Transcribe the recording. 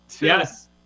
Yes